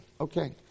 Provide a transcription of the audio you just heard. Okay